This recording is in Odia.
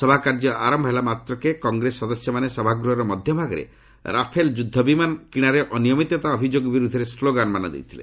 ସଭାକାର୍ଯ୍ୟ ଆରମ୍ଭ ହେଲା ମାତ୍କେ କଂଗ୍ସ ସଦସ୍ୟମାନେ ସଭାଗୃହର ମଧ୍ୟଭାଗରେ ରାଫେଲ ଯୁଦ୍ଧ ବିମାନ କିଣାରେ ଅନିୟମିତତା ଅଭିଯୋଗ ବିରୁଦ୍ଧରେ ସ୍କୋଗାନମାନ ଦେଇଥିଲେ